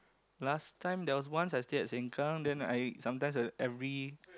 last time there was once I stay at sengkang then I sometimes will every